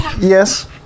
Yes